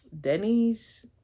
denny's